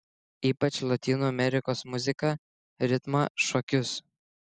ypač lotynų amerikos muziką ritmą šokius